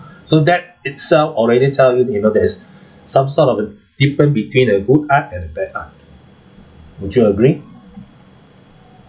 so that itself already tell you you know there is some sort of a difference between a good art and bad art would you agree